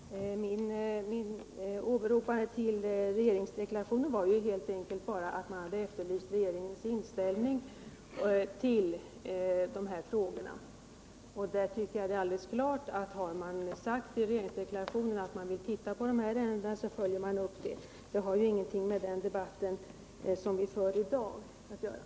Herr talman! Mitt åberopande av regeringsdeklarationen var helt enkelt föranlett av att man hade efterlyst regeringens inställning till dessa frågor. Har man i regeringsdeklarationen sagt att man vill titta på dessa ärenden, är det alldeles klart att man följer upp detta. Det har i övrigt ingenting att göra med den debatt vi skall föra i dag.